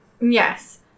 yes